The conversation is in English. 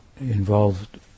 involved